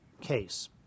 case